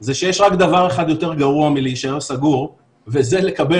זה שיש רק דבר אחד יותר גרוע מלהישאר סגור וזה לקבל